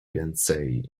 więcej